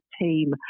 team